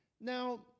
Now